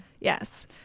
Yes